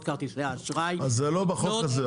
כרטיסי האשראי לפנות --- אבל זה לא בחוק הזה,